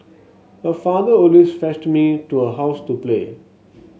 her father always fetched me to her house to play